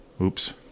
Oops